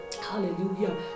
Hallelujah